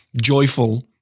joyful